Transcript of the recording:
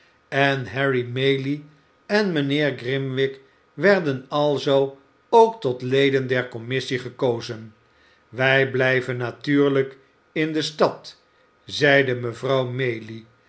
en harry maylie en mijnheer grimwig werden alzoo ook tot leden der commissie gekozen wij blijven natuurlijk in de stad zeide mevrouw maylie